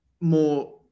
more